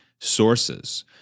sources